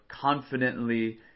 confidently